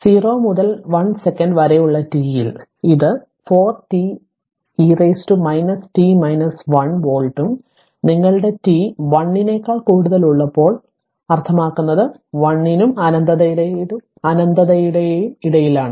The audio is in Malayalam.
അതിനാൽ 0 മുതൽ 1 സെക്കൻറ് വരെയുള്ള t യിൽ ഇത് 4 t e t 1 വോൾട്ടും നിങ്ങളുടെ t 1 നെക്കാൾ കൂടുതൽ ഉള്ളപ്പോൾ അർത്ഥമാക്കുന്നത് 1 നും അനന്തത്തിനും ഇടയിലാണ്